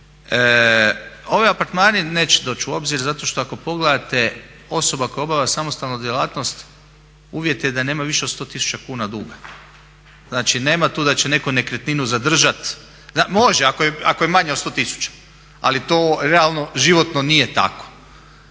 Ovi apartmani neće doći u obzir zato što ako pogledate osoba koja obavlja samostalno djelatnost uvjet je da nema više od 100 tisuća kuna duga. Znači nema tu da će neko nekretninu zadržat, može ako je manje od 100 tisuća, ali to realno, životno nije tako.